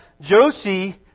Josie